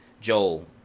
Joel